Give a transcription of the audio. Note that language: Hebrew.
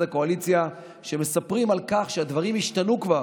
הקואליציה שמספרים על כך שהדברים השתנו כבר,